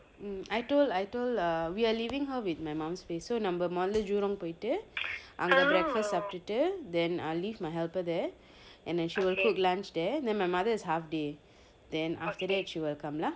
mm I told I told err we are leaving her at my mum's place be so நம்ம மொதல்ல:namma modalla urong பொய்ட்டு அங்க:poittu anga breakfast சாப்பிட்டுட்டு:saappittuttu then I leave my helper there and then she will cook lunch there then my mother is half day then after that she will come lah